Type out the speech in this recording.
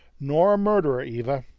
nor a murderer, eva!